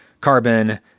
carbon